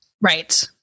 Right